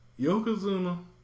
Yokozuna